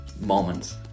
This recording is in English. moments